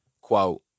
Quote